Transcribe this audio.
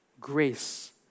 Grace